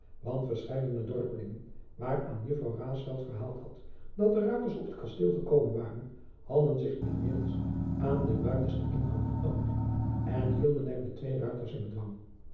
want verscheidene dorpelingen waaraan juffrouw raesfelt verhaald had dat er ruiters op het kasteel gekomen waren hadden zich inmiddels aan den buitensten ingang vertoond en hielden er de twee ruiters in bedwang